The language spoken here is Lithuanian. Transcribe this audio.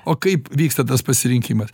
o kaip vyksta tas pasirinkimas